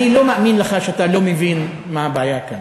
אני לא מאמין לך שאתה לא מבין מה הבעיה כאן.